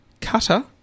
cutter